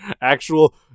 Actual